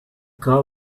car